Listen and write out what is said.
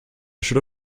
should